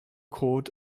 court